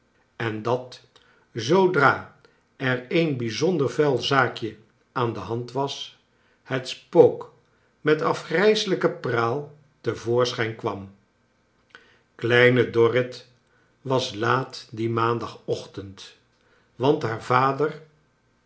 en dat j zoodra er een bijzonder vuil zaakje aan de hand was het spook met afgrijselijken praal te voorschijn kwam kleine dorrit was laat dien maandagochtend want haar vader